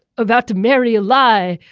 about to marry a lie.